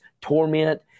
torment